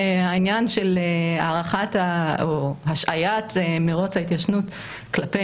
העניין של השהיית מרוץ ההתיישנות כלפי